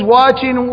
watching